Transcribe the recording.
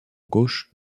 gauche